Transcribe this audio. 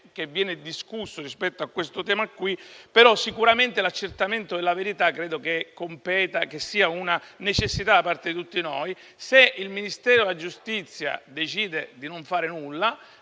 che viene discusso rispetto a questo tema, ma sicuramente l'accertamento della verità è una necessità che avvertiamo tutti. Se il Ministero della giustizia decide di non fare nulla